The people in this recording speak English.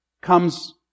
comes